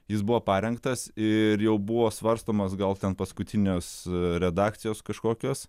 jis buvo parengtas ir jau buvo svarstomas gal ten paskutinės redakcijos kažkokios